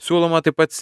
siūloma taip pat